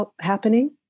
happening